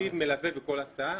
להצמיד מלווה לכל הסעה,